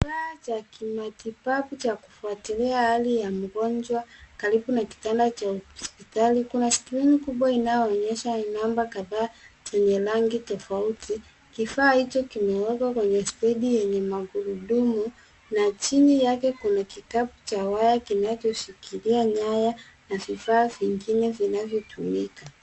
Kifaa cha kimatibabu cha kufuatilia hali ya mgonjwa karibu na kitanda cha hospitali. Kuna skrini kubwa inayoonyesha namba kadhaa zenye rangi tofauti. Kifaa hicho kimewekwa kwenye stendi yenye magurudumu na chini yake kuna kikapu cha waya kinachoshikilia nyaya na vifaa vingine vinavyotumika.